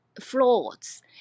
flaws